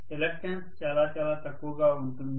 reluctance చాలా చాలా తక్కువగా ఉంటుంది